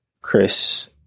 Chris